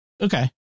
Okay